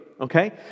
okay